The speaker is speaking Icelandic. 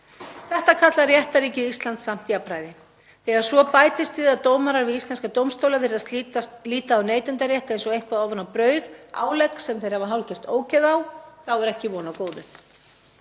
Þetta kallar réttarríkið Ísland samt jafnræði. Þegar svo bætist við að dómarar við íslenska dómstóla virðast líta á neytendarétt eins og eitthvað ofan á brauð, álegg sem þeir hafa hálfgert ógeð á, þá er ekki von á góðu.